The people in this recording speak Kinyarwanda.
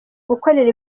gukorera